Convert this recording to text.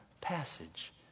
passage